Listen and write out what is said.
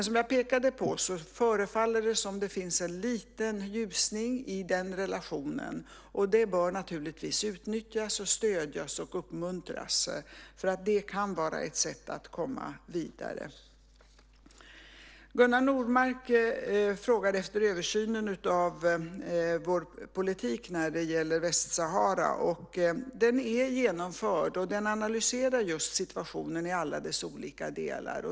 Som jag pekade på förefaller det dock finnas en liten ljusning i den relationen, och den bör naturligtvis utnyttjas, stödjas och uppmuntras. Det kan vara ett sätt att komma vidare. Gunnar Nordmark frågade efter översynen av vår politik när det gäller Västsahara. Den är genomförd, och den analyserar situationen i alla dess olika delar.